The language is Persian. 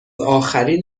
آخرین